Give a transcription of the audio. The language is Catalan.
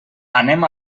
anem